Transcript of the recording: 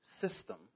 system